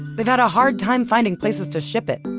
they've had a hard time finding places to ship it.